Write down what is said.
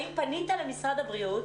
האם פנית למשרד הבריאות